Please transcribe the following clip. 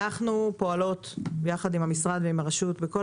אנחנו פועלות ביחד עם המשרד ועם הרשות בכל